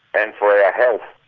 and for our health.